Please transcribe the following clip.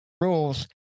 rules